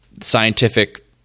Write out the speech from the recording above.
scientific